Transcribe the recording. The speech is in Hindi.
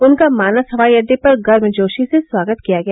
उनका मानस हवाई अड्डे पर गर्मजोशी से स्वागत किया गया